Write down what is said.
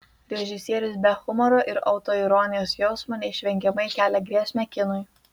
režisierius be humoro ir autoironijos jausmo neišvengiamai kelia grėsmę kinui